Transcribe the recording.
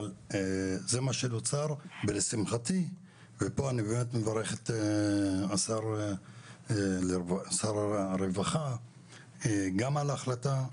אבל זה מה שנוצר ולשמחתי ופה אני מברך את השר הרווחה גם על ההחלטה,